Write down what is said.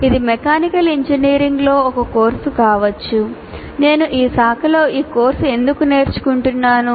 ఇది మెకానికల్ ఇంజనీరింగ్లో ఒక కోర్సు కావచ్చు నేను ఈ శాఖలో ఈ కోర్సు ఎందుకు నేర్చుకుంటున్నాను